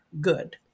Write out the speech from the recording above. good